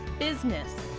business,